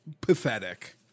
pathetic